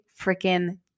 freaking